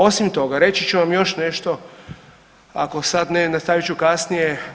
Osim toga, reći ću vam još nešto ako sad ne, nastavit ću kasnije.